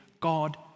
God